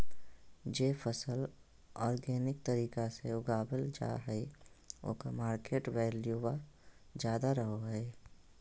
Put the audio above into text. जे फसल ऑर्गेनिक तरीका से उगावल जा हइ ओकर मार्केट वैल्यूआ ज्यादा रहो हइ